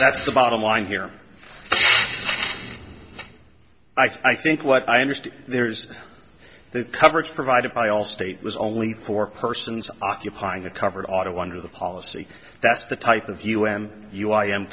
that's the bottom line here i think what i understand there's the coverage provided by allstate was only poor persons occupying a covered auto under the policy that's the type of u n you i am